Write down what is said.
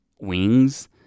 wings